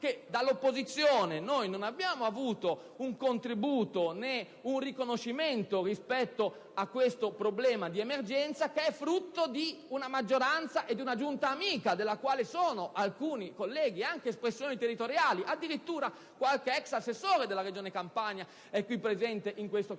che dall'opposizione non abbiamo avuto un contributo né un riconoscimento rispetto a questo problema di emergenza, che è frutto di una maggioranza e di una Giunta amica, della quale anche alcuni colleghi sono espressioni territoriali: addirittura qualche ex assessore della Regione Campania è qui presente in Parlamento.